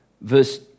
verse